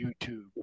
YouTube